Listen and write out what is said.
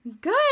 Good